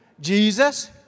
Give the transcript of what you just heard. Jesus